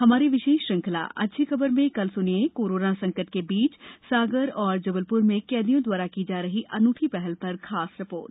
हमारी विशेष श्रंखला अच्छी खबर में कल सुनिये कोरोना संकट के बीच सागर और जबलपुर में कैदियों द्वारा की जा रही अनूठी पहल पर खास रिपोर्ट